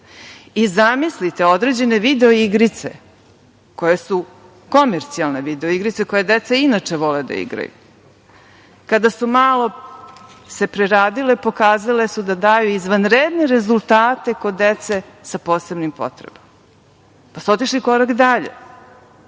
Zamislite, određene video igrice, koje su komercijalne video igrice, koje deca inače vole da igraju, kada su se malo preradile, pokazale su da daju izvanredne rezultate kod dece sa posebnim potrebama, pa su otišli korak dalje.